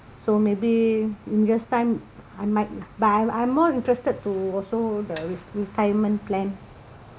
so maybe in years' time I might buy I'm more interested to also the re~ retirement plan